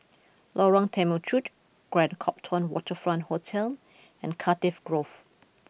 Lorong Temechut Grand Copthorne Waterfront Hotel and Cardiff Grove